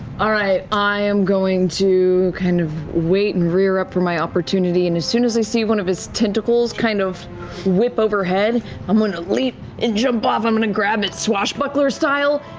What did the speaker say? all right. i am going to kind of wait and rear up for my opportunity, and as soon as i see one of his tentacles kind of whip overhead, i'm going to leap and jump off. i'm going to grab it swashbuckler-style,